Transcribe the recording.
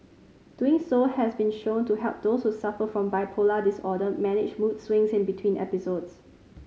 doing so has been shown to help those who suffer from bipolar disorder manage mood swings in between episodes